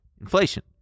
Inflation